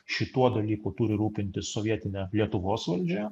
šituo dalyku turi rūpintis sovietinė lietuvos valdžia